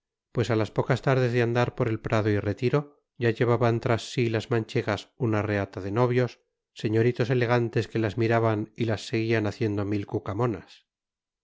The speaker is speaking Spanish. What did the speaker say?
pues a las pocas tardes de andar por el prado y retiro ya llevaban tras sí las manchegas una reata de novios señoritos elegantes que las miraban y las seguían haciendo mil cucamonas doña